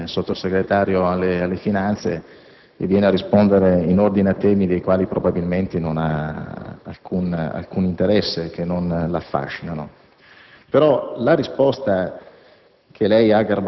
un caffè. Le esprimo tutta la mia solidarietà, perché lei è Sottosegretario alle finanze e viene a rispondere in ordine a temi per i quali probabilmente non ha alcun interesse e che non la affascinano.